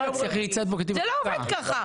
זה לא עובד ככה.